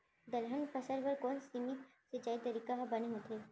दलहन फसल बर कोन सीमित सिंचाई तरीका ह बने होथे?